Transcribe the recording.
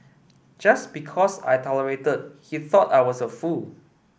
just because I tolerated he thought I was a fool